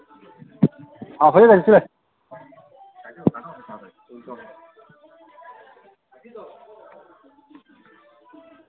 হ্যাঁ হয়ে গেছে চলে আয়